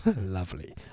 Lovely